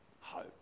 hope